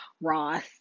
Ross